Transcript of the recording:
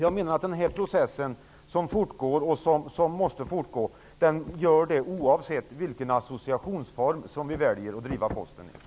Jag menar att den här processen, som fortgår och som måste fortgå, fortgår oavsett vilken associationsform som vi väljer att driva Posten i.